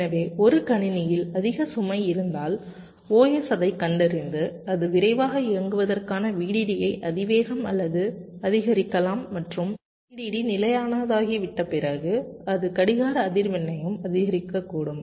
எனவே ஒரு கணினியில் அதிக சுமை இருந்தால் OS அதைக் கண்டறிந்து அது விரைவாக இயங்குவதற்காக VDD ஐ அதிவேகம் அல்லது அதிகரிக்கலாம் மற்றும் VDD நிலையானதாகிவிட்ட பிறகு அது கடிகார அதிர்வெண்ணையும் அதிகரிக்கக்கூடும்